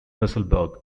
musselburgh